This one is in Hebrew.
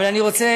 אבל אני רוצה,